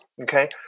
okay